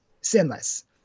sinless